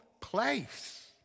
place